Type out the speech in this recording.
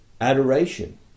adoration